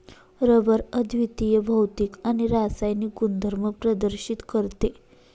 rubber अद्वितीय भौतिक आणि रासायनिक गुणधर्म प्रदर्शित करते